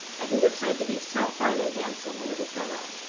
and who was said to be so fine and handsome a little fellow,